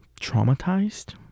traumatized